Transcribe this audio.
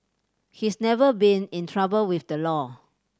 he's never been in trouble with the law